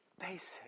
basic